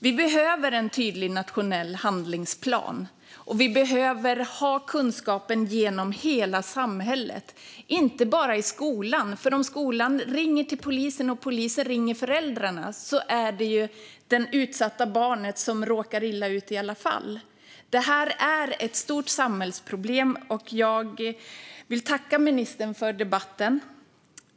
Vi behöver en tydlig nationell handlingsplan, och vi behöver ha kunskapen i hela samhället, inte bara i skolan. Om skolan ringer polisen och polisen ringer föräldrarna är det ju det utsatta barnet som råkar illa ut i alla fall. Detta är ett stort samhällsproblem. Jag vill tacka ministern för debatten.